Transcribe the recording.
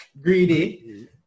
greedy